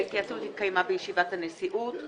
ההתייעצות התקיימה בישיבת הנשיאות.